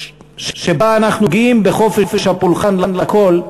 שבה אנחנו גאים בחופש הפולחן לכול,